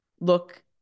look